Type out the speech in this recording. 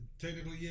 Technically